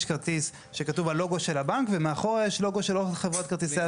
יש כרטיס שכתוב הלוגו של הבנק ומאחורה יש לוגו של חברת כרטיסי האשראי.